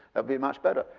ah be much better.